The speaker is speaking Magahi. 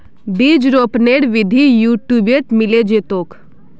बीज रोपनेर विधि यूट्यूबत मिले जैतोक